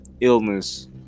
illness